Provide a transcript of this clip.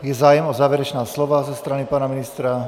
Je zájem o závěrečná slova ze strany pana ministra?